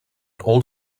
old